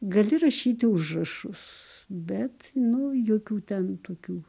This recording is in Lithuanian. gali rašyti užrašus bet nu jokių ten tokių